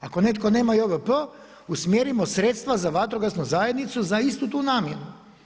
Ako netko nema JVP usmjerimo sredstva za vatrogasnu zajednicu za istu tu namjenu.